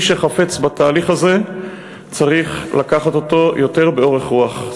מי שחפץ בתהליך הזה צריך לקחת אותו יותר באורך רוח.